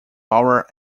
laura